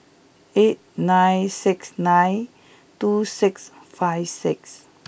eight nine six nine two six five six